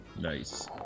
Nice